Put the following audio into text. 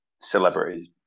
celebrities